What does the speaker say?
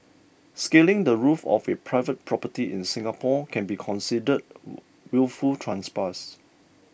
scaling the roof of a private property in Singapore can be considered wilful trespass